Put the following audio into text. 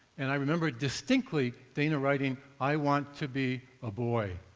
and i remember distinctly dana writing, i want to be a boy.